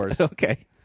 Okay